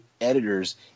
editors